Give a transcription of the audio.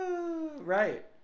right